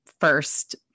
first